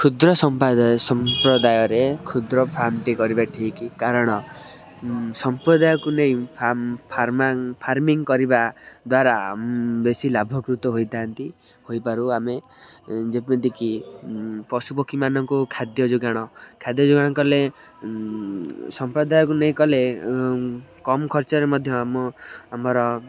କ୍ଷୁଦ୍ର ସମ୍ପ୍ରଦାୟରେ କ୍ଷୁଦ୍ର ଫାର୍ମଟି କରିବା ଠିକ୍ କାରଣ ସମ୍ପ୍ରଦାୟକୁ ନେଇ ଫାର୍ମିଂ କରିବା ଦ୍ୱାରା ବେଶୀ ଲାଭକୃତ ହୋଇଥାନ୍ତି ହୋଇପାରୁ ଆମେ ଯେମିତିକି ପଶୁପକ୍ଷୀମାନଙ୍କୁ ଖାଦ୍ୟ ଯୋଗାଣ ଖାଦ୍ୟ ଯୋଗାଣ କଲେ ସମ୍ପ୍ରଦାୟକୁ ନେଇ କଲେ କମ୍ ଖର୍ଚ୍ଚରେ ମଧ୍ୟ ଆମ ଆମର